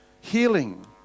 healing